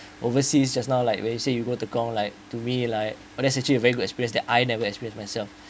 overseas just now like when you say you go tekong like to me like oh that's actually a very good experience that I never experience myself